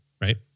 right